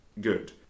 good